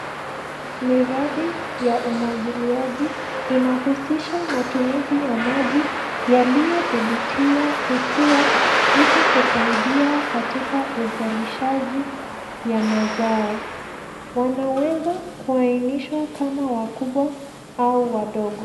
Miradi ya umwagiliaji inahusisha matumizi ya maji yaliyodhibitiwa kutua ili kusaidia katika uzalishaji ya mazao. Wanaweza kuainishwa kama wakubwa au wadogo.